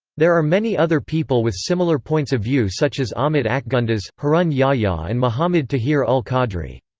there are many other people with similar points of view such as ahmet akgunduz, harun yahya and muhammad tahir-ul-qadri.